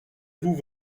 vous